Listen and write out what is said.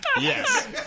yes